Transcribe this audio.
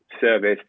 service